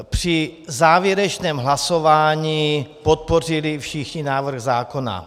Při závěrečném hlasování podpořili všichni návrh zákona.